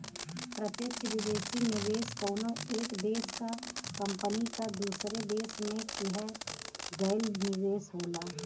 प्रत्यक्ष विदेशी निवेश कउनो एक देश क कंपनी क दूसरे देश में किहल गयल निवेश होला